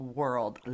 world